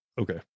Okay